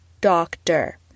doctor